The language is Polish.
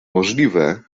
możliwe